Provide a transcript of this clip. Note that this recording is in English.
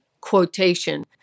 quotation